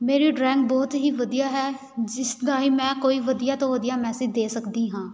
ਮੇਰੀ ਡਰੈਂਗ ਬਹੁਤ ਹੀ ਵਧੀਆ ਹੈ ਜਿਸ ਦਾ ਹੀ ਮੈਂ ਕੋਈ ਵਧੀਆ ਤੋਂ ਵਧੀਆ ਮੈਸੇਜ ਦੇ ਸਕਦੀ ਹਾਂ